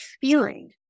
feeling